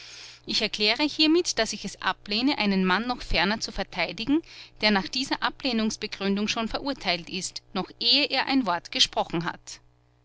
ich erkläre hiermit daß ich es ablehne einen mann noch ferner zu verteidigen der nach dieser ablehnungsbegründung schon verurteilt ist noch ehe er ein wort gesprochen hat